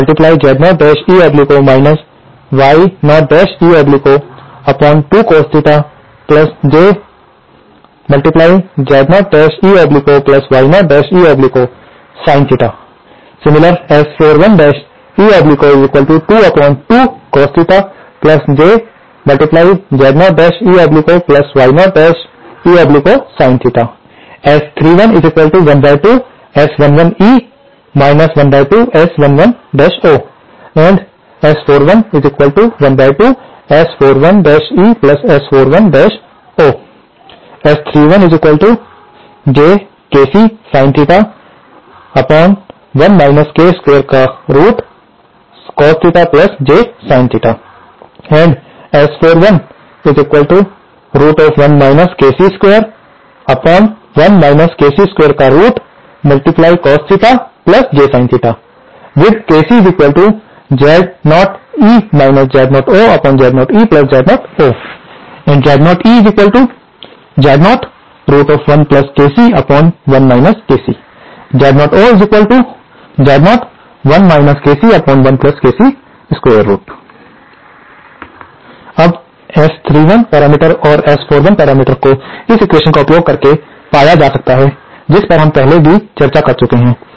S11eojZ0eo Y0eo2cos jZ0e0Y0eosin S41eo22cos jZ0eoY0eosin S3112S11e 12S11o and S4112S41e12S41o S31 jkcsin 1 kc2cos jsin and S41 1 kc21 kc2cos jsin with kcZ0e Z0oZ0eZ0o Z0eZ01kc1 kcZ0oZ01 kc1kc अब S31 parameter और S41 parameter को इस equations का उपयोग करके पाया जा सकता है जिस पर हम पहले ही चर्चा कर चुके हैं